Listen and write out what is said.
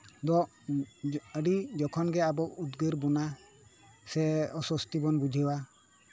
ᱫᱚ ᱟᱹᱰᱤ ᱡᱚᱠᱷᱚᱱᱜᱮ ᱟᱵᱚ ᱩᱫᱽᱜᱟᱹᱨ ᱵᱚᱱᱟ ᱥᱮ ᱚᱥᱚᱥᱛᱤ ᱵᱚᱱ ᱵᱩᱡᱷᱟᱹᱣᱟ